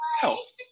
health